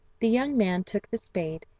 the young man took the spade,